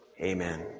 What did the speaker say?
Amen